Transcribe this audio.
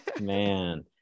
Man